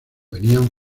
venían